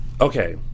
Okay